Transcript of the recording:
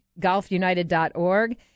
golfunited.org